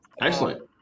Excellent